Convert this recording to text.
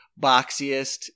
boxiest